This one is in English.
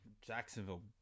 Jacksonville